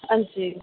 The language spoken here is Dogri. अंजी